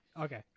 Okay